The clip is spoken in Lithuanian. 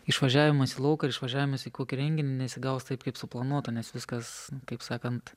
išvažiavimas į lauką ir išvažiavimas į kokį renginį nesigaus taip kaip suplanuota nes viskas nu kaip sakant